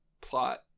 plot